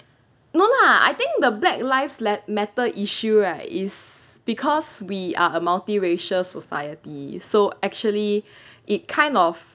no lah I think the black lives la~ matter issue right is because we are a multiracial society so actually it kind of